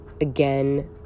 again